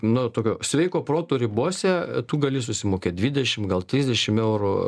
nu tokio sveiko proto ribose a tu gali susimokėt dvidešimt gal trisdešimt eurų